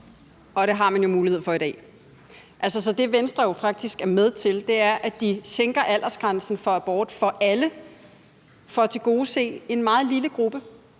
Og det har man jo mulighed for i dag. Så det, Venstre jo faktisk er med til at gøre, er at sænke aldersgrænsen for at få abort for alle for at tilgodese en meget lille gruppe